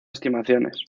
estimaciones